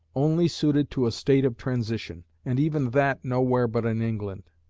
only suited to a state of transition, and even that nowhere but in england.